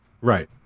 right